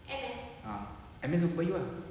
ah ah M_S toa payoh ah